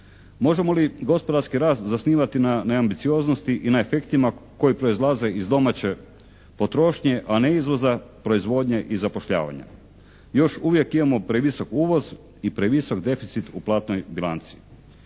Možemo li gospodarski rast zasnivati na ambicioznosti i na efektima koji proizlaze iz domaće potrošnje, a ne izvoza proizvodnje i zapošljavanja. Još uvijek imamo previsok uvoz i previsok deficit u platnoj bilanci.